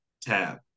tab